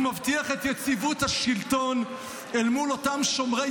והוא מבטיח את יציבות השלטון אל מול אותם 'שומרי